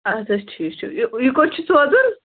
اَدٕ حظ ٹھیٖک چھُ یہِ یہِ کوٚت چھُ سوزُن